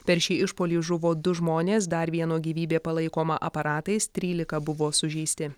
per šį išpuolį žuvo du žmonės dar vieno gyvybė palaikoma aparatais trylika buvo sužeisti